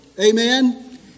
Amen